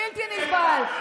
בלתי נסבל.